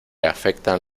afectan